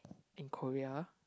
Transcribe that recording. in Korea